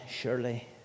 surely